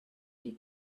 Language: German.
die